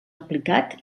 aplicat